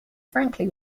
frankly